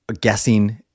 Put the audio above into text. guessing